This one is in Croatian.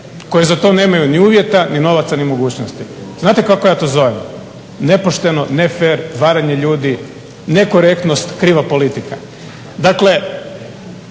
koje za to nemaju ni uvjeta, ni novaca, ni mogućnosti. Znate kako ja to zovem? Nepošteno, ne fer, varanje ljudi, nekorektnost, kriva politika. Dakle,